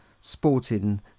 sporting